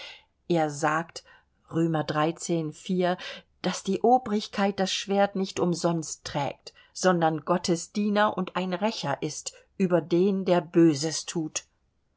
er sagt daß die obrigkeit das schwert nicht umsonst trägt sondern gottes diener und ein rächer ist über den der böses thut